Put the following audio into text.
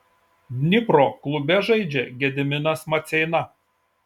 dnipro klube žaidžia gediminas maceina